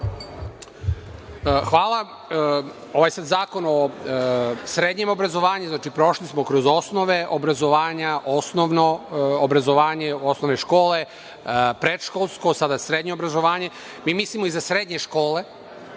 Hvala. Ovo je sad Zakon o srednjem obrazovanju, znači prošli smo kroz osnove obrazovanja, osnovno obrazovanje osnovne škole, predškolsko, sada srednje obrazovanje. Mi mislimo i za srednje škole.